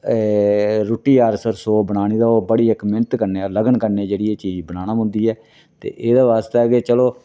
रुट्टी आस्तै रसो बनानी तां ओह् बड़ी इक मैह्नत कन्नै लगन कन्नै जेह्ड़ी एह् चीज बनानी पौंदी ऐ ते एह्दे बास्तै के चलो